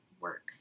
work